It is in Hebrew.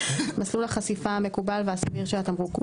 6.1.5 מסלול החשיפה המקובל והסביר של התמרוק,